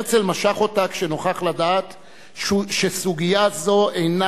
הרצל משך אותה כשנוכח לדעת שסוגיה זו אינה